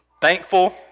thankful